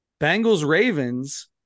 Bengals-Ravens